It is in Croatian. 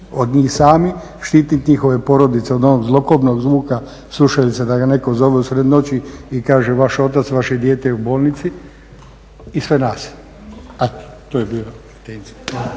od njih samih, štiti njihove porodice od onog zlokobnog zvuka slušalica da ga neko zove u sred noći i kaže vaš otac, vaše dijete je u bolnici i sve nas, a to je bila